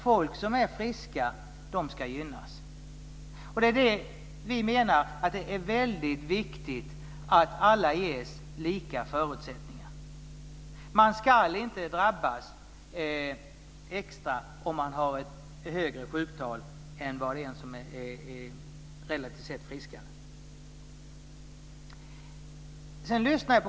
Folk som är friska ska alltså gynnas. Här menar vi att det är väldigt viktigt att alla ges lika förutsättningar. Man ska inte drabbas extra om man har ett högt sjuktal jämfört med någon som relativt sett är friskare.